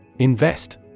Invest